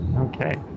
okay